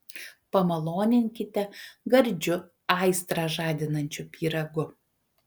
pamaloninkite gardžiu aistrą žadinančiu pyragu